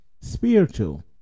spiritual